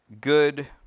good